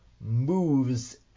moves